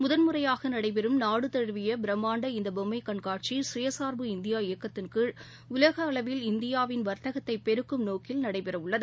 முதன் முறையாக நடைபெறும் நாடு தழுவிய பிரமாண்ட இந்த பொம்மை கண்காட்சி சுயசார்பு இந்தியா இயக்கத்தின்கீழ் உலக அளவில் இந்தியாவின் வர்த்தகத்தை பெருக்கும் நோக்கில் நடைபெற உள்ளது